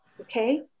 okay